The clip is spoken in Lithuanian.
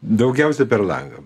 daugiausiai per langą